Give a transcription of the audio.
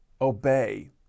obey